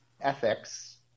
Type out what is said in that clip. ethics